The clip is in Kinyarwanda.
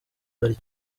bari